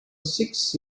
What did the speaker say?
six